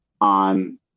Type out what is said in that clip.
on